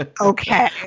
Okay